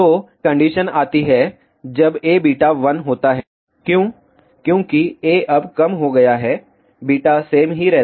तो कंडीशन आती है जब Aβ 1 होता है क्यों क्योंकि A अब कम हो गया है β सेम ही रहता है